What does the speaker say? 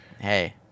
hey